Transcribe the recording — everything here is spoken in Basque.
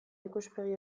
ikuspegi